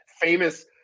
famous